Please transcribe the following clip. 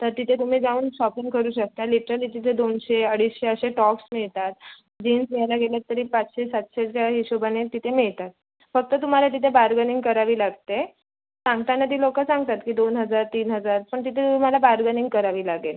तर तिथे तुम्ही जाऊन शॉपिंग करू शकता लिट्रली तिथे दोनशे अडीचशे असे टॉप्स मिळतात जीन्स घ्यायला गेलात तरी पाचशे सातशेच्या हिशोबाने तिथे मिळतात फक्त तुम्हाला तिथे बार्गनिंग करावी लागते सांगताना ती लोकं सांगतात की दोन हजार तीन हजार पण तिथे तुम्हाला बार्गनिंग करावी लागेल